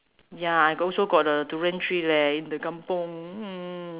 ya I also got a durian tree leh in the kampung hmm